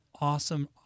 awesome